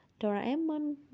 Doraemon